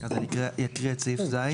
אז אני אקריא את סעיף (ז).